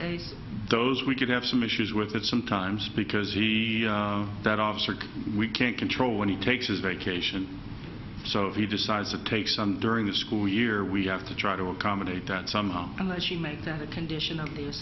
to those we could have some issues with that some times because that officer we can't control when he takes his vacation so he decides to take some during the school year we have to try to accommodate that somehow unless you make them a condition of